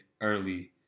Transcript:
early